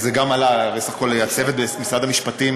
זה גם עלה, וסך הכול הצוות במשרד המשפטים,